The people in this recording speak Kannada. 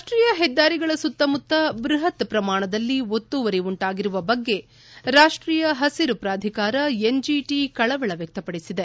ರಾಷ್ಟೀಯ ಹೆದ್ದಾರಿಗಳ ಸುತ್ತಮುತ್ತ ಬೃಹತ್ ಪ್ರಮಾಣದಲ್ಲಿ ಒತ್ತುವರಿ ಉಂಟಾಗಿರುವ ಬಗ್ಗೆ ರಾಷ್ಟೀಯ ಹಸಿರು ಪ್ರಾಧಿಕಾರ ಎನ್ಜಿಟಿ ಕಳವಳ ವ್ಯಕ್ತಪಡಿಸಿದೆ